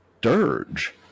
dirge